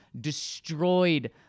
destroyed